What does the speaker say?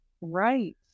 Right